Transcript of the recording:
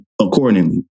accordingly